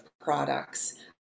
products